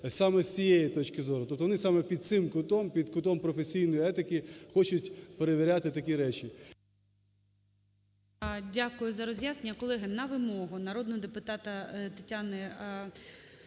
саме з цієї точки зору. Тобто вони саме під цим кутом, під кутом професійної етики хочуть перевіряти такі речі. ГОЛОВУЮЧИЙ. Дякую за роз'яснення. Колеги, на вимогу народного депутата Тетяни Юзькової